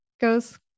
goes